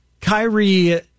Kyrie